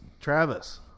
Travis